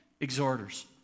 exhorters